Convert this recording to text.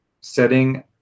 setting